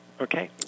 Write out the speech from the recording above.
Okay